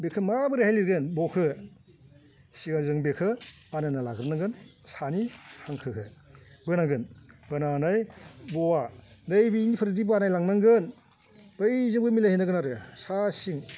बेखौ माबोरैहाय लिरगोन ब' खौ सिगां जों बेखौ बानायना लाग्रोनांग्रोन सानि हांखोखौ बोनांगोन बोनानै ब' आ नै बेनिफ्रायदि बानायलांनांगोन बैजोंबो मिलायहैनांगोन आरो सा सिं